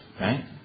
Right